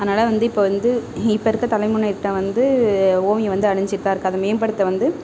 அதனால் வந்து இப்போ வந்து இப்போ இருக்க தலைமுறைகிட்ட வந்து ஓவியம் வந்து அழிஞ்சுட்டு தான் இருக்குது அதை மேம்படுத்த வந்து